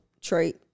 trait